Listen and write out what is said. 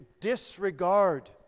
disregard